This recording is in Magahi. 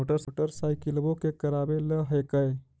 मोटरसाइकिलवो के करावे ल हेकै?